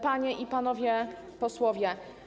Panie i Panowie Posłowie!